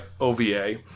OVA